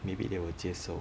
maybe they will 接受